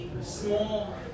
small